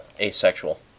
asexual